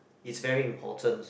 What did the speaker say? is very important